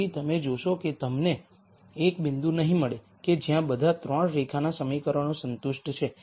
તેથી તમે જોશો કે તમને એક બિંદુ નહીં મળે કે જ્યાં બધા 3 રેખાના સમીકરણો સંતુષ્ટ છે